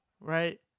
right